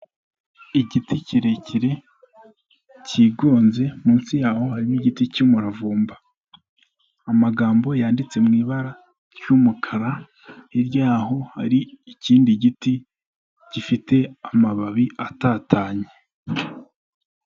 Igiti kirekire cyigunze munsi yaho harimo igiti cy'umuravumba amagambo yanditse mu ibara ry'umukara hirya yaho hari ikindi giti gifite amababi atatanye.